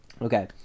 Okay